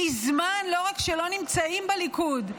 מזמן לא רק שלא נמצאים בליכוד,